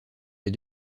les